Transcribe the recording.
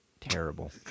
terrible